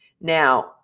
Now